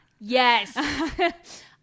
yes